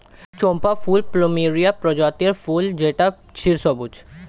চম্পা ফুল প্লুমেরিয়া প্রজাতির ফুল যেটা চিরসবুজ